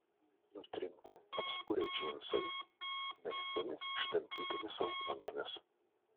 nutrinti apspurę džinsai megztinis ištampytomis alkūnėmis